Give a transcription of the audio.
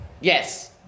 Yes